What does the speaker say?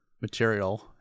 material